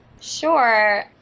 Sure